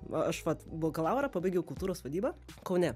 va aš vat bakalaurą pabaigiau kultūros vadybą kaune